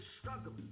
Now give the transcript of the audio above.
struggle